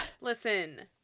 Listen